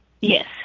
Yes